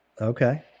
Okay